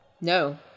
No